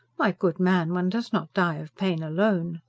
my good man, one does not die of pain alone.